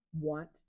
want